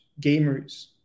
gamers